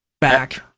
back